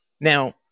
Now